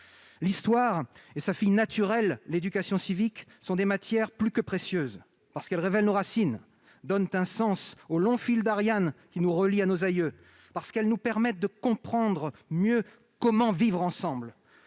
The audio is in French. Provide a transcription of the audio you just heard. L'histoire et sa fille naturelle, l'éducation civique, sont des matières plus que précieuses, parce qu'elles révèlent nos racines, donnent un sens au long fil d'Ariane qui nous relie à nos aïeux, nous permettent de mieux comprendre comment vivre ensemble.